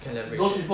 can leverage